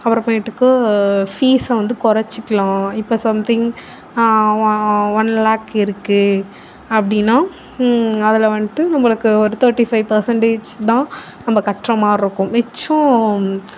அப்பறமேட்டுக்கு ஃபீஸை வந்து கொறச்சிக்கலாம் இப்போ சம்திங் ஒன் லேக் இருக்குது அப்படினா அதில் வந்துட்டு நம்மளுக்கு ஒரு தேர்ட்டி ஃபைவ் பர்சென்டேஜ் தான் நம்ம கட்டுகிற மாதிரி இருக்கும் மிச்சம்